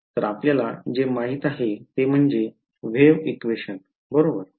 तर आपल्याला जे माहित आहे ते म्हणजे वेव्ह इक्वेशन बरोबर आहे